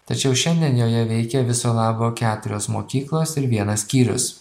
tačiau šiandien joje veikia viso labo keturios mokyklos ir vienas skyrius